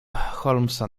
holmesa